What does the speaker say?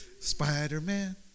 Spider-Man